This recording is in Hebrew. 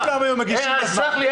אם כולם היו מגישים בזמן --- סלח לי,